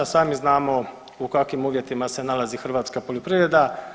Sami znamo u kakvim uvjetima se nalazi hrvatska poljoprivreda.